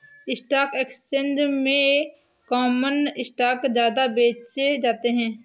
stock exchange में common stock ज्यादा बेचे जाते है